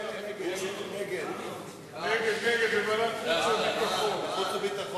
להעביר את הנושא לוועדת החוץ והביטחון